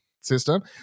system